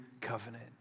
covenant